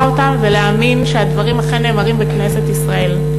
אותם ולהאמין שהדברים אכן נאמרים בכנסת ישראל.